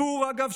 אגב,